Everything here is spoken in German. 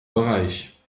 bereich